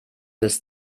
bis